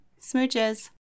Smooches